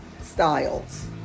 styles